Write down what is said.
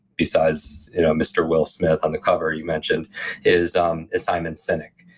besides mr. will smith on the cover you mentioned is um is simon sinek.